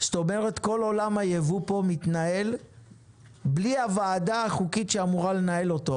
זאת אומרת כל עולם הייבוא פה מתנהל בלי הוועדה החוקית שאמורה לנהל אותו,